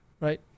Right